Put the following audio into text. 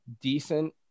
decent